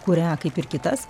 kurią kaip ir kitas